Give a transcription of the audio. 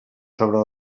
sobre